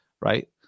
right